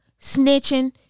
snitching